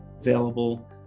available